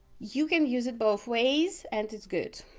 you can use it both ways and it's good.